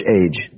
age